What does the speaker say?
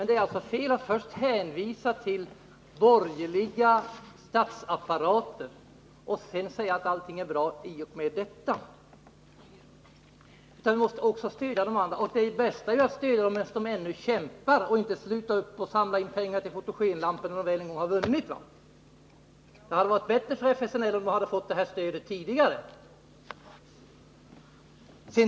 Det är fel att hänvisa till borgerliga statsapparater och säga att allting är bra i och med detta. Vi måste stödja de progressiva krafterna, och det bästa är att stödja dem medan de ännu kämpar, i stället för att samla in pengar till fotogen 15 lampor när de väl har vunnit. Det hade varit bättre för FSLN, om man hade fått detta stöd tidigare.